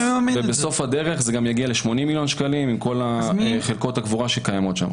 בסוף הדרך זה גם יגיע ל-80 מיליון שקלים עם כל חלקות הקבורה שקיימות שם.